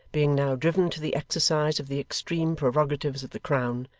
being now driven to the exercise of the extreme prerogatives of the crown,